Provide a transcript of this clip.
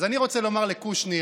אז אני רוצה לומר לקושניר,